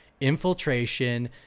infiltration